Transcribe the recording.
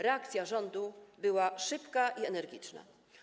Reakcja rządu była szybka i energiczna.